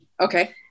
Okay